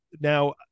Now